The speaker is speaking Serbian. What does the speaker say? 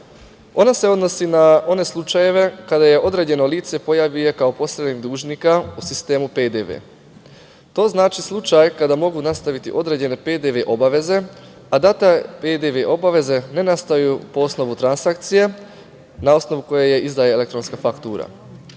Ona se odnosi na one slučajeve kada se određeno lice pojavljuje kao posrednik dužnika u sistemu PDV. To znači slučaj kada mogu nastaviti određene PDV obaveze, a data PDV obaveze ne nastaju po osnovu transakcija, na osnovu koje se izdaje elektronska faktura.